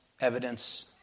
evidence